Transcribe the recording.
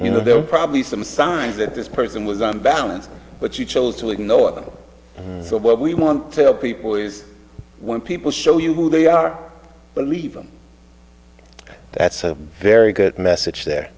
you know there were probably some signs that this person was unbalanced but she chose to ignore them so what we want to tell people is when people show you who they are believe them that's a very good message there